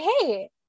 hey